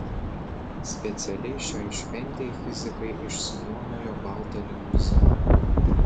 specialiai šiai šventei fizikai išsinuomojo baltą limuziną